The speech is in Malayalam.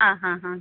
ആ ഹാ ഹാ